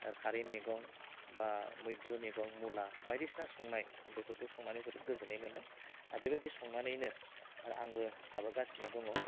खारै मैगं बा मैद्रु मैगं मुला बायदिसिना संनाय आं बेफोरखौ संनानै जोबोर गोजोन्नाय मोनो आरो बेबायदि संनानैनो आरो आंबो जाबोगासिनो दङ